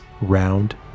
round